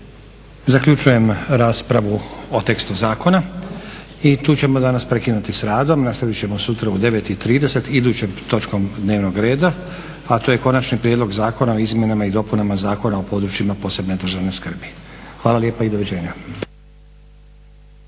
Zaključujem raspravu o tekstu zakona. I tu ćemo danas prekinuti s radom Nastavit ćemo sutra u 9,30 idućom točkom dnevnog reda, a to je: konačni prijedlog Zakona o izmjenama i dopunama Zakona o područjima posebne državne skrbi. Hvala lijepa i doviđenja.